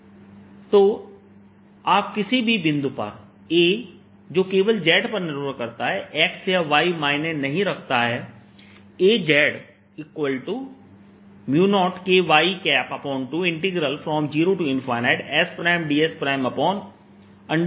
dxdy2πsds x2y2s2 A00z0Ky4π02πsdss2z20Ky20sdss2z2 तो आप किसी भी बिंदु पर A जो केवल z पर निर्भर करता है x या y मायने नहीं रखता Az0Ky20sdsz2s2 के बराबर है